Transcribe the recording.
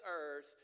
earth